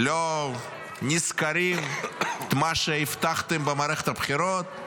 לא נזכרים במה שהבטחתם במערכת הבחירות.